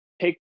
take